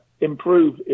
improve